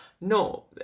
No